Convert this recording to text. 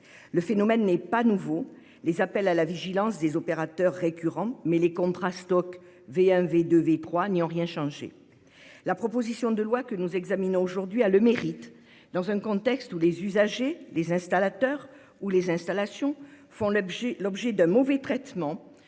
Le phénomène n'est pas nouveau et les appels à la vigilance des opérateurs sont récurrents, mais les contrats Stoc V1, V2 et V3 n'y ont rien changé. La proposition de loi que nous examinons a le mérite, dans un contexte où les usagers, les installateurs ou les installations font l'objet d'un mauvais traitement,